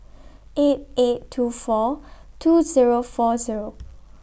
eight eight two four eight Zero four Zero